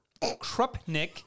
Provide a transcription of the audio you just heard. Krupnik